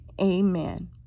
Amen